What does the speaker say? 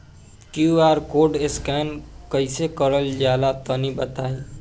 QR code scan कैसे क़रल जला तनि बताई?